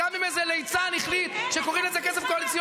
גם אם איזה ליצן החליט שקוראים לזה כסף קואליציוני.